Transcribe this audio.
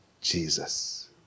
Jesus